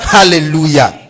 Hallelujah